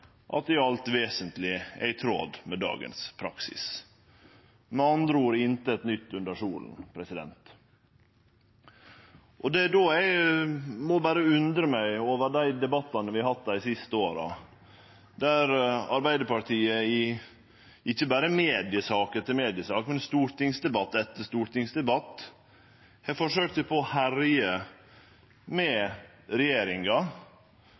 at det alt vesentlege er i tråd med dagens praksis. Det er med andre ord ikkje noko nytt under sola. Det er då eg må undre meg over debattane vi har hatt dei siste åra, der Arbeidarpartiet ikkje berre i mediesak etter mediesak, men i stortingsdebatt etter stortingsdebatt har forsøkt seg på å herje med regjeringa